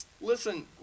Listen